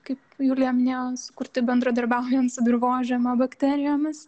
kaip julija minėjo sukurti bendradarbiaujant su dirvožemio bakterijomis